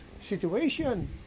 situation